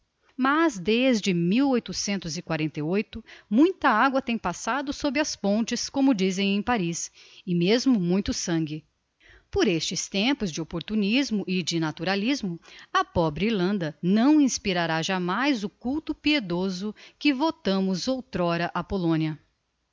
mas desde muita agua tem passado sob as pontes como dizem em paris e mesmo muito sangue por estes tempos de opportunismo e de naturalismo a pobre irlanda não inspirará jámais o culto piedoso que votamos outr'ora á polonia